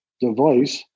device